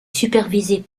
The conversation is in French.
supervisée